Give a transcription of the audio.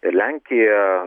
ir lenkija